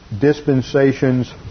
dispensations